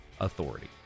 authority